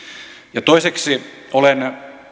ja toiseksi olen